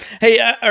Hey